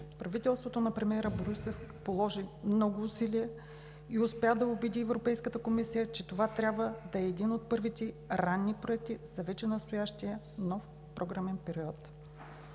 Правителството на премиера Борисов положи много усилия и успя да убеди Европейската комисия, че това трябва да е един от първите ранни проекти за вече настоящия нов програмен период.